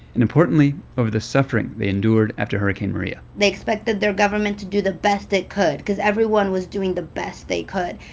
and, importantly, over the suffering they endured after hurricane maria they expected their government to do the best it could because everyone was doing the best they could.